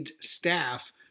staff